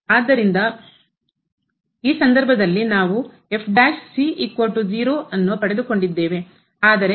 ಆದ್ದರಿಂದ ಈ ಸಂದರ್ಭದಲ್ಲಿ ನಾವು ಆದರೆ ಅವುಗಳು ನಮಗೆ